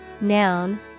Noun